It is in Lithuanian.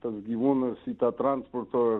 tas gyvūnas į tą transporto